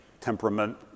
temperament